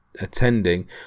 attending